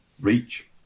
reach